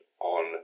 on